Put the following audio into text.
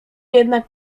jednak